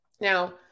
Now